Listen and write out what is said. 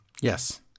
Yes